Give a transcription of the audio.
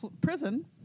prison